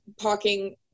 parking